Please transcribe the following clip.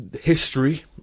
history